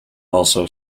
also